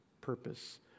purpose